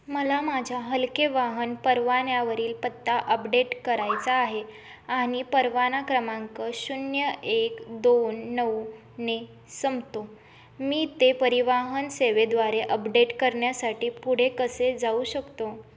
मला माझ्या हलके वाहन परवान्यावरील पत्ता अपडेट करायचा आहे आणि परवाना क्रमांक शून्य एक दोन नऊने संपतो मी ते परिवहन सेवेद्वारे अपडेट करण्यासाठी पुढे कसे जाऊ शकतो